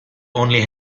only